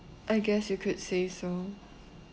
I guess you could say so